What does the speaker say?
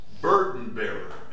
burden-bearer